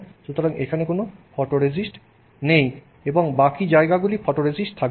সুতরাং এখানে কোনও ফটোরেজিস্ট নেই এবং বাকি জায়গাগুলির ফটোরেজিস্ট থাকবে